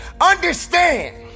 understand